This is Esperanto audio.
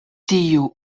tiu